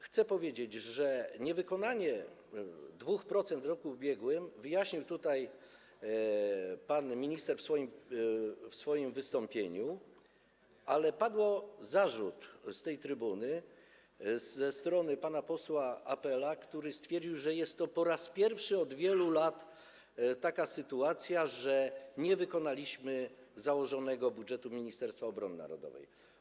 Chcę powiedzieć, że niewykonanie 2% w roku ubiegłym wyjaśnił tutaj pan minister w swoim wystąpieniu, ale padł zarzut z tej trybuny ze strony pana posła Apela, który stwierdził, że po raz pierwszy od wielu lat jest taka sytuacja, że nie wykonaliśmy założonego budżetu Ministerstwa Obrony Narodowej.